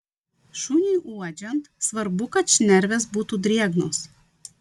šuniui uodžiant svarbu kad šnervės būtų drėgnos